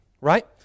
right